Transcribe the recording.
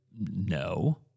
No